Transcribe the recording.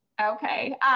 Okay